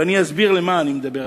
ואני אסביר על מה אני מדבר,